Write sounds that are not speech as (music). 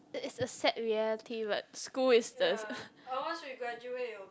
it it's a sad reality but school is the (noise)